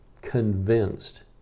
convinced